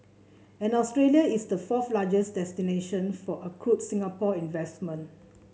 and Australia is the fourth largest destination for accrued Singapore investment